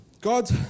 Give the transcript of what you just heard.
God